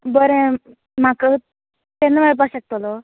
बरें म्हाका केन्ना मेळपा शकतलो